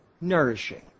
nourishing